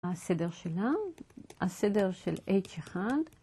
הסדר שלה, הסדר של h1